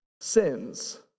sins